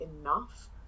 enough